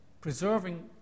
preserving